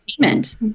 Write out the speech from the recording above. payment